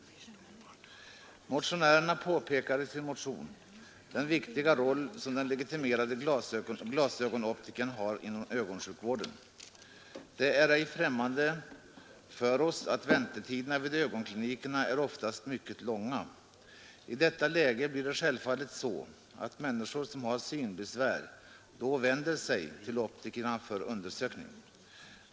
Motionärerna påpekar i sin motion den viktiga roll som den legitimerade glasögonoptikern har inom ögonsjukvården. Det är ej främmande för oss att väntetiderna vid ögonklinikerna oftast är mycket långa. I detta läge blir det självfallet så att människor som har synbesvär vänder sig till optikerna för undersökning.